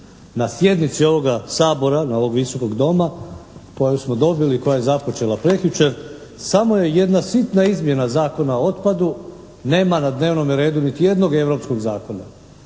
Na sjednici ovoga Sabora, ovog Visokog doma koju smo dobili i koja je započela prekjučer, samo je jedna sitna izmjena Zakona o otpadu, nema na dnevnome redu ni jednog europskog zakona.